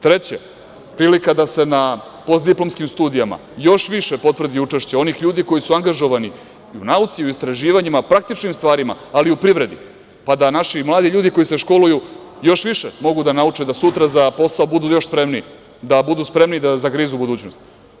Treće, prilika da se na postdiplomskim studijama još više potvrdi učešće onih koji su angažovani i u nauci i u istraživanjima, praktičnim stvarima, ali i u privredi, pa da naši mladi ljudi koji se školuju još više mogu da nauče da sutra za posao budu još spremniji, da budu spremniji da zagrizu budućnost.